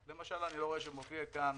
למשל: אני לא רואה שמופיעות כאן